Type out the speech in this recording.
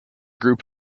group